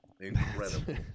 Incredible